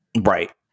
Right